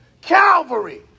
Calvary